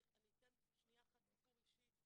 אני אתן שנייה אחת סיפור אישי.